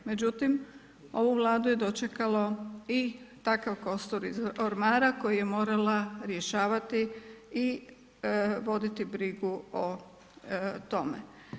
Međutim, ovu Vladu je dočekalo i takav kostur iz ormara koju je morala rješavati i voditi brigu o tome.